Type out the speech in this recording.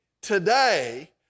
today